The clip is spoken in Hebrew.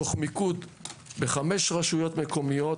תוך מיקוד בחמש רשויות מקומיות: